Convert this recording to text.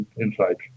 Insights